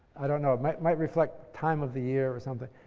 i don't know. it might might reflect time of the year or something.